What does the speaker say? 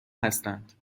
هستند